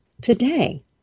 today